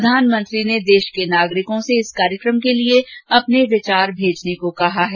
प्रधानमंत्री ने देश के नागरिकों से इस कार्यक्रम के लिये अपने विचार भेजने को कहा है